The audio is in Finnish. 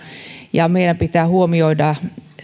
meidän pitää huomioida